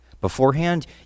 Beforehand